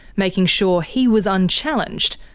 making sure he was unchallenged,